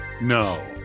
No